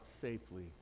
safely